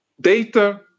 data